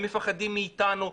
הם מפחדים מאיתנו,